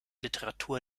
literatur